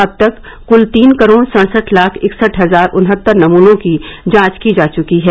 अब तक कुल तीन करोड़ सड़सठ लाख इकसठ हजार उनहत्तर नमूनों की जांच की जा चुकी है